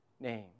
name